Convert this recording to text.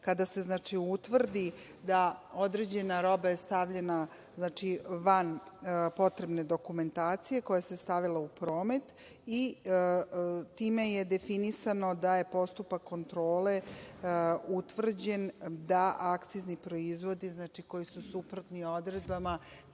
kada se utvrdi da je određena roba stavljena van potrebne dokumentacije koja se stavila u promet i time je definisano da je postupak kontrole utvrđen da akcizni proizvodi koji su suprotni odredbama